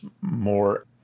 more